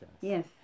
Yes